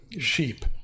sheep